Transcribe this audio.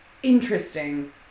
interesting